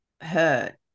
hurt